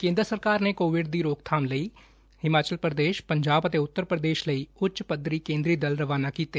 ਕੇਂਦਰ ਸਰਕਾਰ ਨੇ ਕੋਵਿਡ ਦੀ ਰੋਕਥਾਮ ਲਈ ਹਿਮਾਚਲ ਪ੍ਰਦੇਸ਼ ਪੰਜਾਬ ਤੇ ਉਂਤਰ ਪ੍ਰਦੇਸ਼ ਲਈ ਉਂਚ ਪੱਧਰੀ ਕੇਂਦਰੀ ਦਲ ਰਵਾਨਾ ਕੀਤੇ